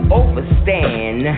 overstand